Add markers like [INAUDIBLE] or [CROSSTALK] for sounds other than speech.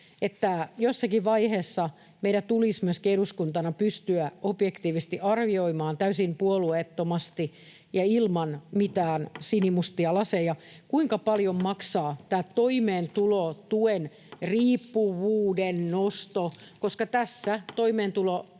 jossakin vaiheessa meidän tulisi myöskin eduskuntana pystyä objektiivisesti arvioimaan, täysin puolueettomasti ja ilman mitään [NOISE] sinimustia laseja, kuinka paljon maksaa tämä toimeentulotuen riippuvuuden nosto, koska tässä [Puhemies